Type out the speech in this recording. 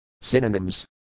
Synonyms